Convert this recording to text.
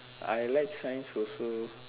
I like science also